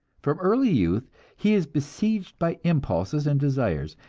from early youth he is besieged by impulses and desires,